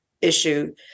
issue